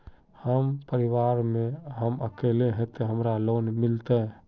हम परिवार में हम अकेले है ते हमरा लोन मिलते?